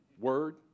Word